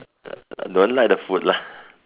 don't like the food lah